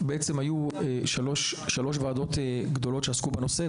היו שלוש ועדות גדולות שעסקו בנושא.